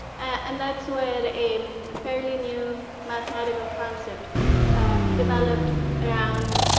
and that's where a fairly new mathematical concept developed around